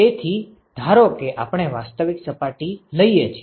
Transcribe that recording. તેથી ધારો કે આપણે વાસ્તવિક સપાટી લઈએ છીએ